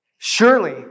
Surely